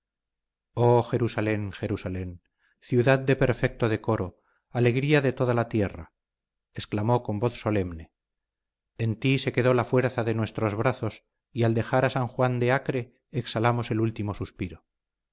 oh jerusalén jerusalén ciudad de perfecto decoro alegría de toda la tierra exclamó con voz solemne en ti se quedó la fuerza de nuestros brazos y al dejar a san juan de acre exhalamos el último suspiro